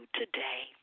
today